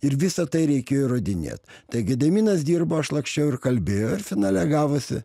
ir visa tai reikėjo įrodinėt tai gediminas dirbo aš laksčiau ir kalbėjau ir finale gavosi